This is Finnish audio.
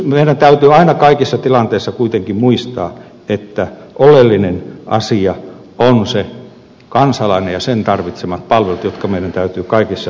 meidän täytyy aina kaikissa tilanteissa kuitenkin muistaa että oleellinen asia on se kansalainen ja hänen tarvitsemansa palvelut jotka meidän täytyy kaikissa tilanteissa turvata